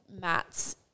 Matt's